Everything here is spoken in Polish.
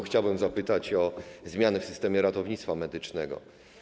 Chciałbym zapytać o zmiany w systemie ratownictwa medycznego.